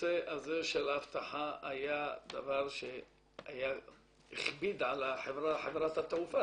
הנושא הזה של האבטחה היה דבר שהכביד על חברת התעופה,